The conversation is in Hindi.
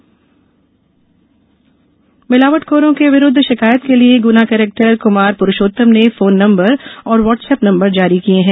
मिलावट कार्रवाई मिलावटखोरों के विरूद्व शिकायत के लिये गुना कलेक्टर कुमार पुरुषोत्तम ने फोन नंबर और व्हाट्सऐप नंबर जारी किए हैं